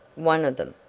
one of them.